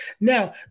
Now